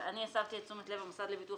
אבל אני הסבתי את תשומת לב המשרד לביטוח